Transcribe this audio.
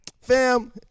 Fam